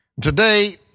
Today